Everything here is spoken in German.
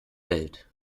welt